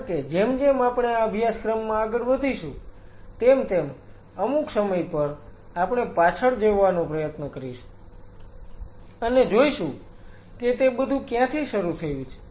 કારણ કે જેમ જેમ આપણે આ અભ્યાસક્રમમાં આગળ વધીશું તેમ તેમ અમુક સમય પર આપણે પાછળ જવાનો પ્રયત્ન કરીશું અને જોઈશું કે તે બધું ક્યાંથી શરૂ થયું છે